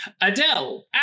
Adele